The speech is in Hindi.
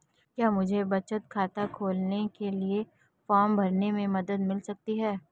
क्या मुझे बचत खाता खोलने के लिए फॉर्म भरने में मदद मिल सकती है?